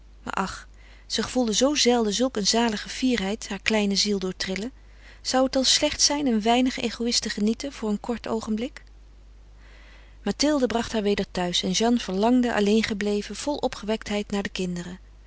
maar ach ze gevoelde zoo zelden zulk een zalige fierheid haar kleine ziel doortrillen zou het dan slecht zijn een weinig egoïst te genieten voor een kort oogenblik mathilde bracht haar weder thuis en jeanne verlangde alleen gebleven vol opgewektheid naar de kinderen